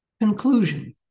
Conclusion